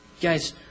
Guys